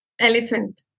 Elephant